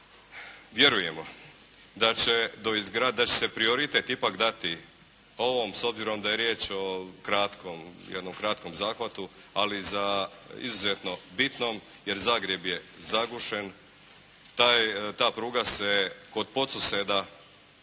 Vjerujemo da će se prioritet ipak dati ovom s obzirom da je riječ o kratkom, jednom kratkom zahvatu ali za izuzetno bitnom jer Zagreb je zagušen. Ta pruga se kod Podsuseda